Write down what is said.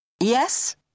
Yes